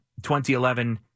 2011